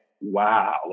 wow